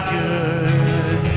good